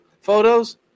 photos